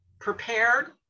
prepared